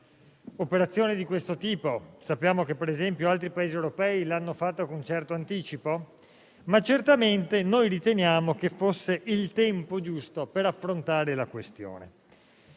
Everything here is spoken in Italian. un'operazione di questo tipo; sappiamo, per esempio, che altri Paesi europei lo hanno fatto con un certo anticipo, ma noi abbiamo ritenuto che fosse il tempo giusto per affrontare la questione.